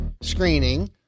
screening